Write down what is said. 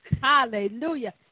Hallelujah